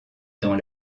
dans